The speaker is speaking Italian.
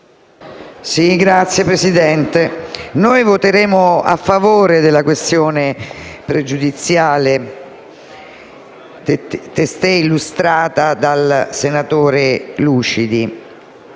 Signor Presidente, noi voteremo a favore della questione pregiudiziale testé illustrata dal senatore Lucidi